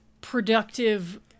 productive